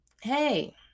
hey